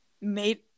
made